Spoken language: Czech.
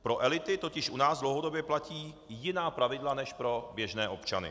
Pro elity totiž u nás dlouhodobě platí jiná pravidla než pro běžné občany.